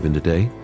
today